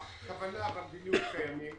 הכוונה והמדיניות קיימים,